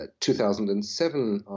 2007